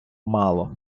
мало